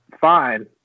fine